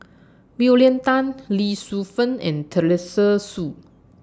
William Tan Lee Shu Fen and Teresa Hsu